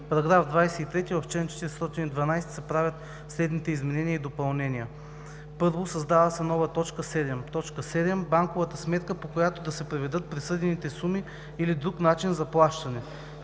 1. Създава се нова т. 7: „7. банковата сметка, по която да се преведат присъдените суми или друг начин за плащане;“.